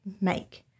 make